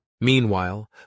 Meanwhile